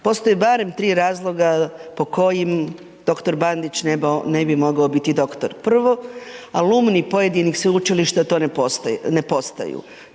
Postoji barem 3 razloga, po kojim doktor Bandić ne bi mogao biti doktor. Prvo alumni pojedinih sveučilišta to ne postojanju.